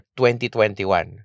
2021